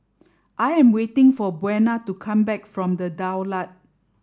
I am waiting for Buena to come back from The Daulat